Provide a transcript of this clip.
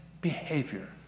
behavior